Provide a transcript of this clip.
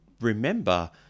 remember